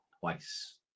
Twice